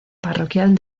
parroquial